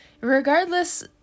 regardless